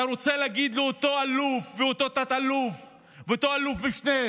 אתה רוצה להגיד לאותו אלוף ואותו תת-אלוף ואותו אלוף משנה: